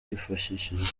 hifashishijwe